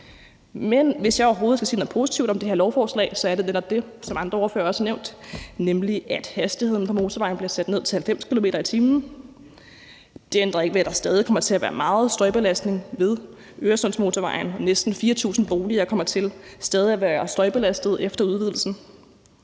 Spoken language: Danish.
Hvis jeg overhovedet skal sige noget positivt om det her lovforslag, er det netop det, som andre ordførere også har nævnt, nemlig at hastigheden på motorvejen bliver sat ned til 90 km/t. Det ændrer ikke ved, at der stadig væk kommer til at være meget støjbelastning ved Øresundsmotorvejen, og næsten 4.000 boliger kommer til stadig at være støjbelastede efter udvidelsen,